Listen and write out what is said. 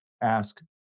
ask